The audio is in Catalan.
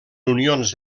unions